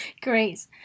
Great